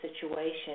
situation